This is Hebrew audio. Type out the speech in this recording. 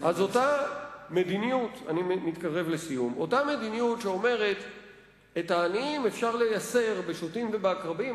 אז אותה מדיניות שאומרת שאת העניים אפשר לייסר בשוטים ובעקרבים,